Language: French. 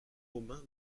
romain